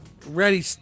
Ready